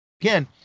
again